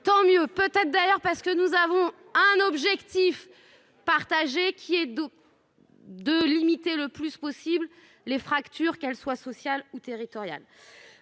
tant mieux peut-être d'ailleurs parce que nous avons un objectif partagé qui est donc. De limiter le plus possible les fractures qu'elles soient sociales ou territoriales.